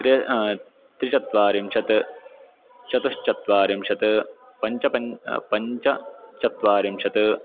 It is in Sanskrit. त्र्य त्रिचत्वारिंशत् चतुश्चत्वारिंशत् पञ्चपञ्च पञ्चचत्वारिंशत्